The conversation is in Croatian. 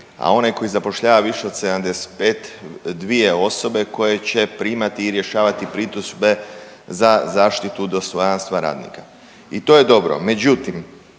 a onaj koji zapošljava više od 75 dvije osobe koje će primati i rješavati pritužbe za zaštitu dostojanstva radnika i to je dobro.